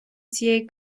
цієї